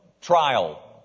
Trial